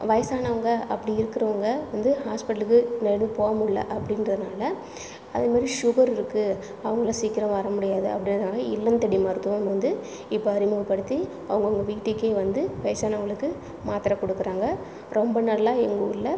வயசானவங்க அப்படி இருக்கிறவங்க வந்து ஹாஸ்பிட்டலுக்கு மறுபடியும் போகமுடியல அப்படின்றனால அதே மாதிரி ஷுகர் இருக்கு அவங்களால் சீக்கிரம் வர முடியாது அப்படின்றதுனால இல்லம் தேடி மருத்துவம் வந்து இப்போ அறிமுகப்படுத்தி அவங்கவங்க வீட்டுக்கே வந்து வயசானவங்களுக்கு மாத்திர கொடுக்குறாங்க ரொம்ப நல்லா எங்கள் ஊரில்